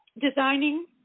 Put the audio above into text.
designing